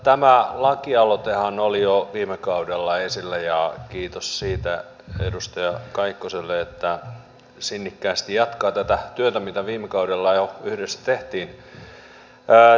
tämä lakialoitehan oli jo viime kaudella esillä ja kiitos edustaja kaikkoselle siitä että sinnikkäästi jatkaa tätä työtä mitä viime kaudella jo yhdessä tehtiin